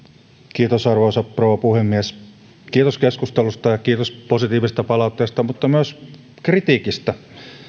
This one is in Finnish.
kiitos arvoisa rouva puhemies kiitos keskustelusta ja kiitos positiivisesta palautteesta mutta myös kritiikistä